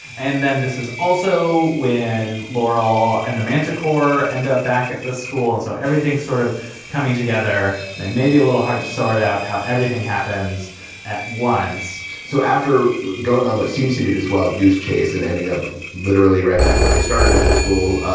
and then this is also when laurel and the manticore end up back at the school. and so everything's sort of coming together. and it may be a little hard to sort out how everything happens at once so after going on, which seems to be this wild goose chase and ending up literally right back where they started at their school,